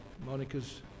Monica's